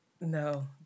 No